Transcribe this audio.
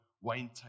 Wayne